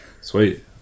Sweet